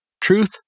truth